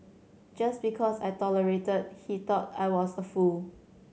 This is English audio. just because I tolerated he thought I was a fool